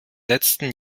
letzten